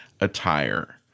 attire